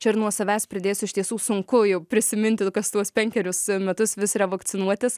čia ir nuo savęs pridėsiu iš tiesų sunku jau prisiminti kas tuos penkerius metus vis revakcinuotis